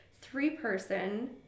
three-person